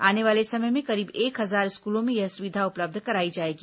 आने वाले समय में करीब एक हजार स्कूलों में यह सुविधा उपलब्ध कराई जाएगी